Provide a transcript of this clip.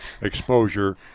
exposure